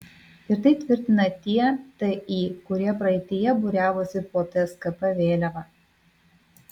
ir tai tvirtina tie ti kurie praeityje būriavosi po tskp vėliava